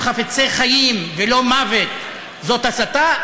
ואתם חושבים שהאמירה שאנחנו חפצי חיים ולא מוות זאת הסתה,